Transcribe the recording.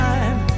Time